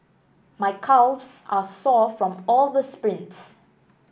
my calves are sore from all the sprints